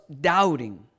doubting